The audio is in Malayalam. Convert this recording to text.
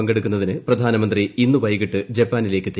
പങ്കെടുക്കുന്നതിന് പ്രധാനമന്ത്രി ഇന്ന് വൈകിട്ട് ജപ്പാനിലേക്ക് തിരിക്കും